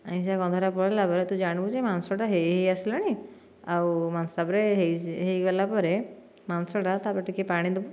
ଆଇଁଷିଆ ଗନ୍ଧଟା ପଳେଇଲା ପରେ ତୁ ଜାଣିବୁ ଯେ ମାଂସଟା ହୋଇ ହୋଇ ଆସିଲାଣି ଆଉ ମାଂସ ତାପରେ ହୋଇଗଲା ପରେ ମାଂସଟା ତାପରେ ଟିକିଏ ପାଣି ଦେବୁ